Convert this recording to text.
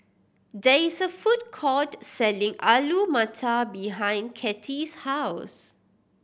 there is a food court selling Alu Matar behind Cathy's house